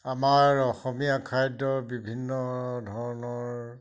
আমাৰ অসমীয়া খাদ্য বিভিন্ন ধৰণৰ